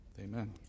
Amen